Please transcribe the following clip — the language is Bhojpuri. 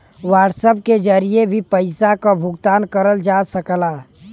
व्हाट्सएप के जरिए भी पइसा क भुगतान करल जा सकला